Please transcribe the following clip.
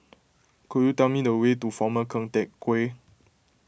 could you tell me the way to former Keng Teck Whay